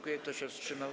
Kto się wstrzymał?